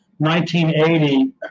1980